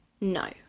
no